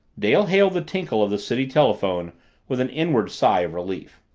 dale hailed the tinkle of the city telephone with an inward sigh of relief.